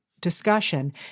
discussion